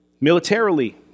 Militarily